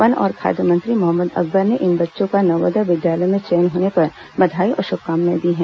one और खाद्य मंत्री मोहम्मद अकबर ने इन बच्चों का नवोदय विद्यालय में चयन होने पर बधाई और शुभकामनाएं दी हैं